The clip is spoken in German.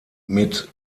mit